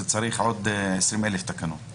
לשם כך צריך עוד 20 אלף תקנות.